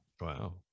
wow